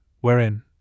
wherein